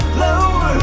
lower